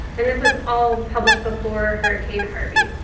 and this was all published before hurricane harvey.